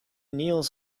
kneels